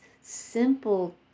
simple